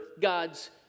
God's